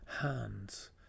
hands